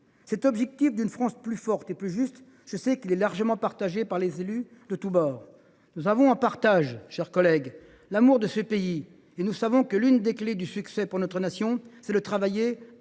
Cet objectif d’une France plus forte et plus juste est largement partagé, je le sais, par les élus de tout bord. Nous avons en partage, mes chers collègues, l’amour de ce pays, et nous savons que l’une des clés du succès pour notre Nation, c’est de travailler